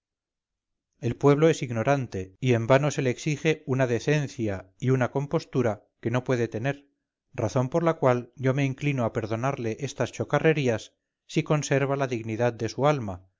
el pueblo es ignorante y en vano se le exige una decencia y compostura que no puede tener razón por la cual yo me inclino a perdonarle estas chocarrerías si conserva la dignidad de su alma